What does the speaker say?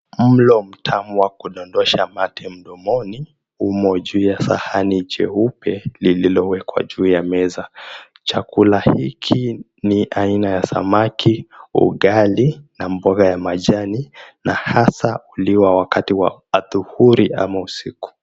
Mlo mtamu wa kudondosha mate mdomoni imo juu ya sahani cheupe lililowekwa juu ya meza, chakula hiki ni aina ya samaki, ugali na mboga ya majani na hasa huliwa wakati wa adhuhuri ama usiku.